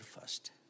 first